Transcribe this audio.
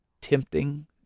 tempting